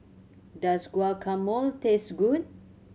does Guacamole taste good